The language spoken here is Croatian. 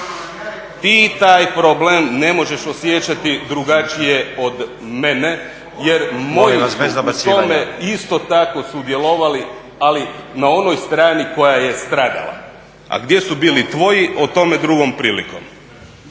Ti taj problem ne možeš osjećati drugačije od mene jer moj… … /Upadica Stazić: Molim vas, bez dobacivanja./ …… isto tako sudjelovali, ali na onoj strani koja je stradala. A gdje su bili tvoji, o tome drugom prilikom.